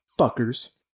fuckers